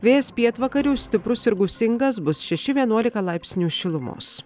vėjas pietvakarių stiprus ir gūsingas bus šeši vienuolika laipsnių šilumos